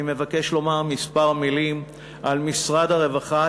אני מבקש לומר כמה מילים על משרד הרווחה,